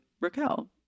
Raquel